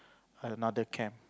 another camp